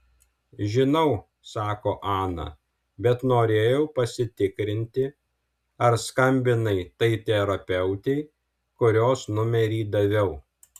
žinau sako ana bet norėjau pasitikrinti ar skambinai tai terapeutei kurios numerį daviau